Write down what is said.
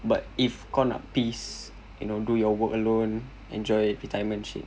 but if kau nak peace you know do your work alone enjoy retirement shit